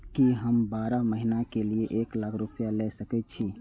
की हम बारह महीना के लिए एक लाख रूपया ले सके छी?